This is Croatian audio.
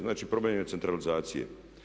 Znači problem je centralizacije.